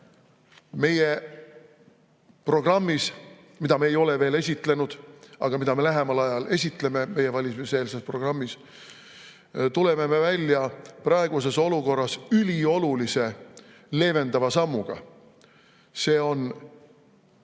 meie programmis, mida me ei ole veel esitlenud, aga mida me lähemal ajal esitleme. Oma valimiseelses programmis tuleme me välja praeguses olukorras üliolulise leevendava sammuga. See on